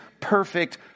perfect